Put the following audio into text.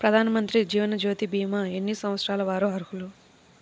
ప్రధానమంత్రి జీవనజ్యోతి భీమా ఎన్ని సంవత్సరాల వారు అర్హులు?